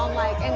like, and